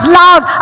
loud